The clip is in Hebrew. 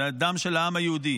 זה הדם של העם היהודי,